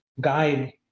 guide